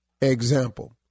example